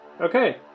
Okay